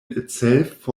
itself